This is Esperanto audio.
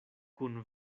kun